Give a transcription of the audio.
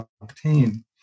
obtain